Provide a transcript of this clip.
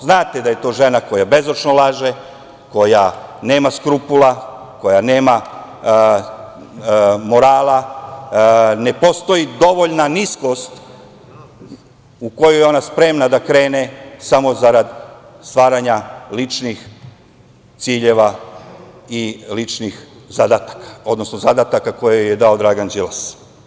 Znate da je to žena koja je bezočno laže, koja nema skrupula, koja nema morala, ne postoji dovoljna niskost u koju je ona spremna da krene samo zarad stvaranja ličnih ciljeva i ličnih zadataka, odnosno zadataka koje joj je dao Dragan Đilas.